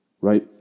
right